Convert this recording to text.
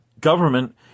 government